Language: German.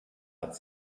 hat